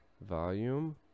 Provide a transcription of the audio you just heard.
Volume